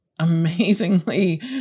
amazingly